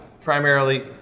primarily